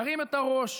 ירים את הראש,